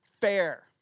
fair